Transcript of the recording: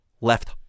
left